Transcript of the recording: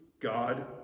God